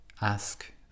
Ask